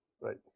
Right